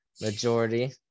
Majority